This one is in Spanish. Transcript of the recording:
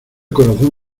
corazón